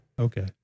Okay